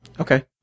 Okay